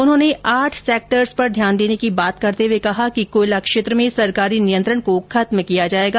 उन्होंने आठ सेक्टर्स पर ध्यान देने की बात करते हुए कहा कि कोयला क्षेत्र में सरकारी नियंत्रण को खत्म किया जाएगा